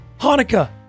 hanukkah